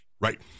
Right